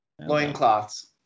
Loincloths